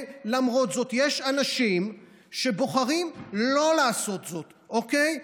למרות זאת, יש אנשים שבוחרים לא לעשות זאת, אוקיי?